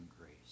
grace